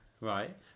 right